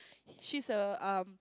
she's a um